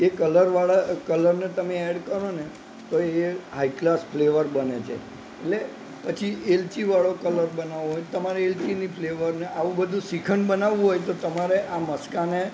એ કલરવાળા કલરને તમે એડ કરોને તો એ હાઈ ક્લાસ ફ્લેવર બને છે એટલે પછી એલચીવાળો કલર બનાવવો હોય તો તમારે એલચીની ફ્લેવરને આવું બધું શ્રીખંડ બનાવવું હોય તો તમારે આ મસ્કાને